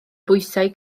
bwysau